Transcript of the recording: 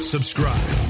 Subscribe